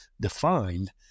defined